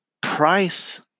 price